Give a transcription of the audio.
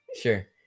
Sure